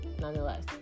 nonetheless